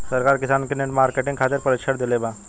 सरकार किसान के नेट मार्केटिंग खातिर प्रक्षिक्षण देबेले?